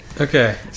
Okay